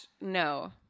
no